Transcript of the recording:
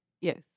Yes